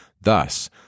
Thus